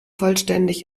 vollständig